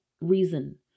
reason